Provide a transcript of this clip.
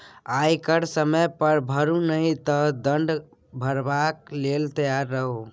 आयकर समय पर भरू नहि तँ दण्ड भरबाक लेल तैयार रहु